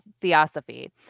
Theosophy